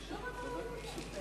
שוב אתה